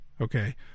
Okay